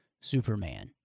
Superman